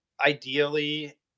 ideally